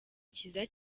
kiza